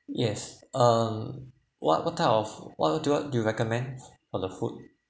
yes um what what type of what you do do you recommend for the food